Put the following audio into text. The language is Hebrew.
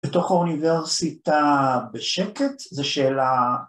‫בתוך האוניברסיטה בשקט? ‫זו שאלה...